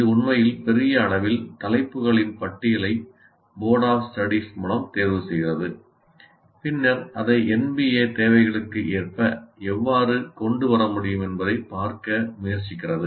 இது உண்மையில் பெரிய அளவில் தலைப்புகளின் பட்டியலை போர்டு ஆப் ஸ்டடீஸ் மூலம் தேர்வுசெய்கிறது பின்னர் அதை NBA தேவைகளுக்கு ஏற்ப எவ்வாறு கொண்டு வர முடியும் என்பதைப் பார்க்க முயற்சிக்கிறது